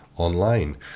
online